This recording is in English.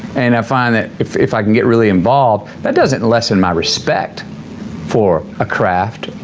and, i find that if if i can get really involved that doesn't lessen my respect for a craft,